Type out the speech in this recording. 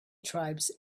tribes